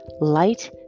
light